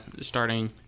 starting –